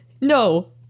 no